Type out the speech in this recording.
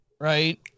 right